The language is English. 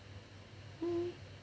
hmm